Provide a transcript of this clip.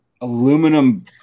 Aluminum